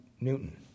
Newton